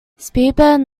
speedbird